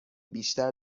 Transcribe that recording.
بیشتر